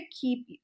keep